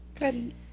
Good